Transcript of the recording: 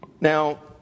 Now